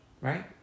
Right